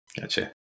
Gotcha